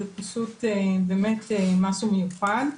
זה פשוט באמת משהו מיוחד.